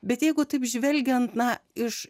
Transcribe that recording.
bet jeigu taip žvelgiant mes iš